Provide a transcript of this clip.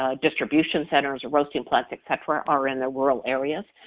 ah distribution centers, roasting plants, et cetera, are in the rural areas,